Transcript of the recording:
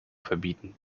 verbieten